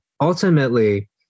ultimately